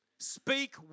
Speak